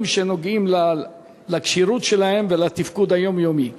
שנוגעים לכשירות שלהם ולתפקוד היומיומי,